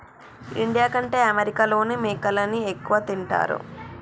India కంటే అమెరికాలోనే మేకలని ఎక్కువ తింటారు